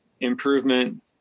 improvement